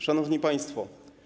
Szanowni Państwo!